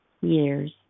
years